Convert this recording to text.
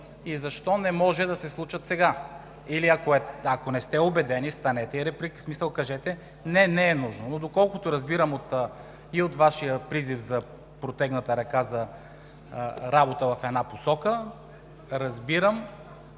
и защо не може да се случат сега или ако не сте убедени, станете и кажете: не, не е нужно. Но доколкото разбирам и от Вашия призив за протегната ръка за работа в една посока, разбирам,